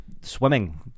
swimming